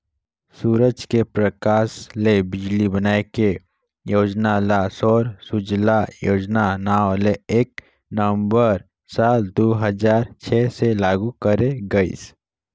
सूरज के परकास ले बिजली बनाए के योजना ल सौर सूजला योजना नांव ले एक नवंबर साल दू हजार छै से लागू करे गईस